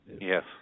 Yes